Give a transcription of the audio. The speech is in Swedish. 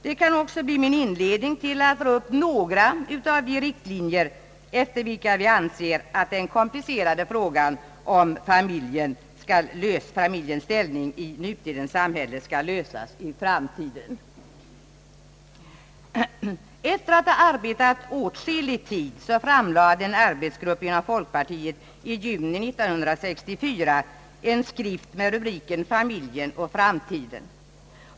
Det kan också vara anledning att dra upp några av de riktlinjer efter vilka vi inom folkpartiet anser att familjens ställning i det nutida samhället i fortsättningen skall lösas. Efter att ha arbetat åtskillig tid framlade en arbetsgrupp inom folkpartiet i juni 1964 en skrift med rubriken Familjen och framtiden.